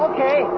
Okay